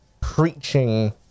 preaching